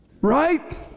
Right